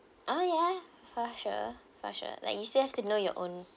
oh ya for sure for sure like you still have to know your own